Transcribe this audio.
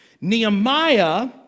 Nehemiah